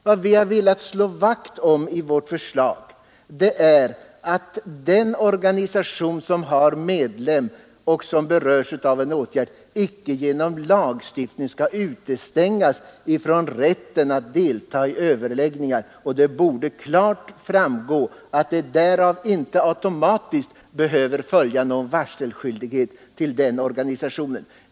Vad vi har velat slå vakt om i vårt förslag är att den organisation som har medlem som berörs av en åtgärd icke genom lagstiftning skall utestängas från rätten att deltaga i överläggningar. Det borde stå helt klart att det därav inte automatiskt behöver följa någon skyldighet att ge varsel till den organisationen.